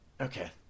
Okay